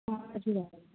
हजुर हजुर